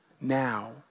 now